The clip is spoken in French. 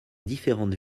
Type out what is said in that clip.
différentes